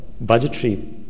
budgetary